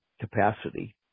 capacity